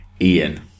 Ian